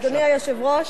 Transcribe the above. אדוני היושב-ראש,